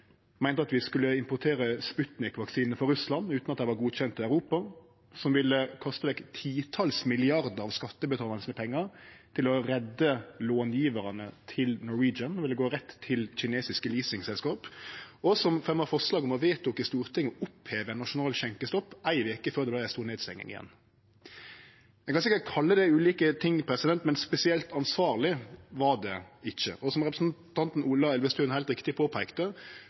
meinte at vi skulle importere Sputnik-vaksinar frå Russland, utan at dei var godkjende i Europa. Ein ville kaste vekk titals milliardar av pengane til skattebetalarane på å redde långjevarane til Norwegian. Dette ville gå direkte til kinesiske leasingselskap. Ein fremja også forslag og vedtok i Stortinget å oppheve nasjonal skjenkestopp ei veke før det vart ei ny stor nedstenging. Ein kan sikkert kalle dette ulike ting, men spesielt ansvarleg var det ikkje. Som representanten Ola Elvestuen heilt riktig påpeikte: